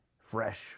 fresh